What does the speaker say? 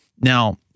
Now